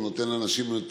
הוא נותן לאנשים את